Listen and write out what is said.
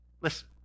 Listen